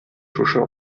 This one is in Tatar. шушы